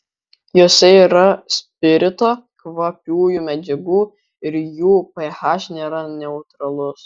jose yra spirito kvapiųjų medžiagų ir jų ph nėra neutralus